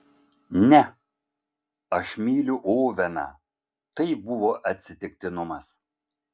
ne aš myliu oveną tai buvo atsitiktinumas